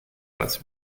was